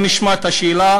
בואו נשמע את השאלה,